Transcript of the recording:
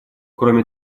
кроме